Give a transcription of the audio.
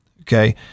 Okay